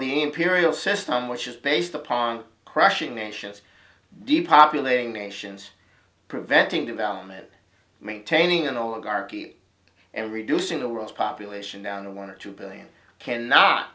the imperial system which is based upon crushing nations depopulating nations preventing development maintaining an oligarchy and reducing the world's population down to one or two billion cannot